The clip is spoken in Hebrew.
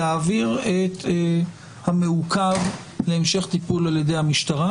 להעביר את המעוכב להמשך טיפול על ידי המשטרה?